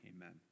Amen